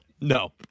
no